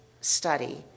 study